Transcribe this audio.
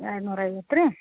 ಎರಡು ನೂರ ಐವತ್ತು ರೀ